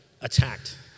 attacked